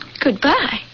Goodbye